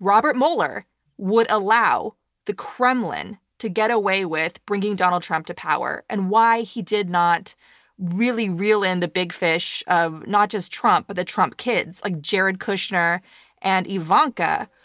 robert mueller would allow the kremlin to get away with bringing donald trump to power, and why he did not really reel in the big fish of not just trump, but the trump kids, like jared kushner and ivanka,